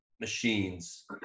machines